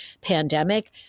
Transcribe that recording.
pandemic